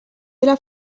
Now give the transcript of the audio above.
dela